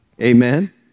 Amen